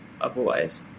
otherwise